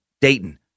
Dayton